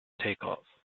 takeoff